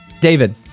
David